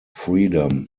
freedom